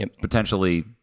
potentially